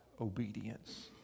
obedience